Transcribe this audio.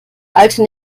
alte